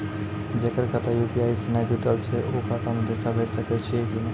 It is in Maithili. जेकर खाता यु.पी.आई से नैय जुटल छै उ खाता मे पैसा भेज सकै छियै कि नै?